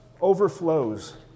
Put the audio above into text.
overflows